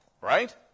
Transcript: right